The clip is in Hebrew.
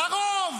"הרוב"?